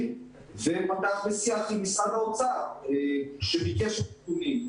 ופתח --- עם משרד האוצר שביקש נתונים.